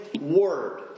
word